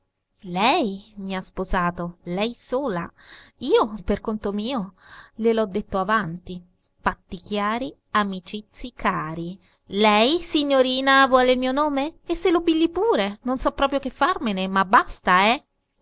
lei mi ha sposato lei sola io per conto mio gliel'ho detto avanti patti chiari amici cari lei signorina vuole il mio nome e se lo pigli pure non so proprio che farmene ma basta eh